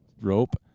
rope